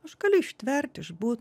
aš galiu ištvert išbūt